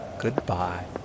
Goodbye